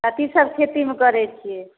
कथीसब खेतीमे करै छिए